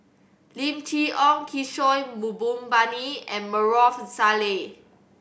Lim Chee Onn Kishore Mahbubani and Maarof Salleh